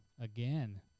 Again